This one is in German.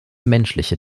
menschliche